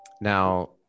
now